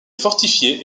fortifiée